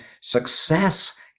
success